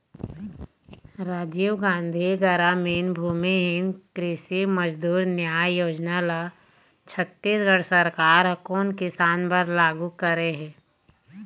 राजीव गांधी गरामीन भूमिहीन कृषि मजदूर न्याय योजना ल छत्तीसगढ़ सरकार ह कोन किसान बर लागू करे हे?